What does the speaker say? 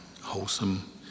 wholesome